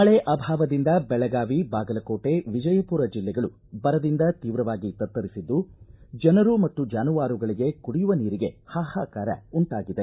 ಮಳೆ ಅಭಾವದಿಂದಾಗಿ ಬೆಳಗಾವಿ ಬಾಗಲಕೋಟೆ ವಿಜಯಪುರ ಜಿಲ್ಲೆಗಳು ಬರದಿಂದ ತೀವ್ರವಾಗಿ ತತ್ತರಿಸಿದ್ದು ಜನರು ಮತ್ತು ಜಾನುವಾರುಗಳಿಗೆ ಕುಡಿಯುವ ನೀರಿಗೆ ಪಾಹಾಕಾರ ಉಂಟಾಗಿದೆ